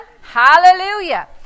Hallelujah